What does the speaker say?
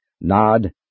Nod